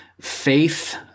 Faith